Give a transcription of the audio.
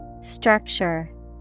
Structure